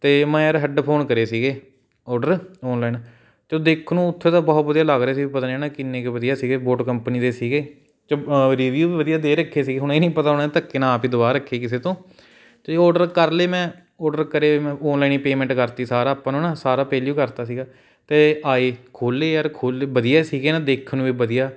ਅਤੇ ਮੈਂ ਯਾਰ ਹੈੱਡਫੋਨ ਕਰੇ ਸੀਗੇ ਓਡਰ ਓਨਲਾਈਨ ਅਤੇ ਦੇਖਣ ਨੂੰ ਉੱਥੇ ਤਾਂ ਬਹੁਤ ਵਧੀਆ ਲੱਗ ਰਹੇ ਸੀ ਵੀ ਪਤਾ ਨਹੀਂ ਹੈ ਨਾ ਕਿੰਨੇ ਕੁ ਵਧੀਆ ਸੀਗੇ ਬੋਟ ਕੰਪਨੀ ਦੇ ਸੀਗੇ 'ਚ ਰੀਵੀਊ ਵੀ ਵਧੀਆ ਦੇ ਰੱਖੇ ਸੀਗੇ ਹੁਣ ਇਹ ਨਹੀਂ ਪਤਾ ਉਹਨਾਂ ਨੇ ਧੱਕੇ ਨਾਲ ਆਪ ਹੀ ਦਵਾ ਰੱਖੇ ਕਿਸੇ ਤੋਂ ਤਾਂ ਓਡਰ ਕਰ ਲਏ ਮੈਂ ਓਡਰ ਕਰੇ ਵੇ ਮੈਂ ਓਨਲਾਈਨ ਹੀ ਪੇਮੈਂਟ ਕਰਤੀ ਸਾਰਾ ਆਪਾਂ ਹੈ ਨਾ ਸਾਰਾ ਪਹਿਲਾਂ ਹੀ ਉਹ ਕਰਤਾ ਸੀਗਾ ਅਤੇ ਆਏ ਖੋਲ੍ਹੇ ਯਾਰ ਖੋਲ੍ਹ ਵਧੀਆ ਸੀਗੇ ਨਾ ਦੇਖਣ ਨੂੰ ਵੀ ਵਧੀਆ